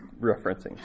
referencing